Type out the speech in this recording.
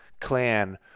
clan